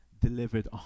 delivered